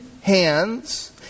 hands